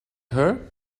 her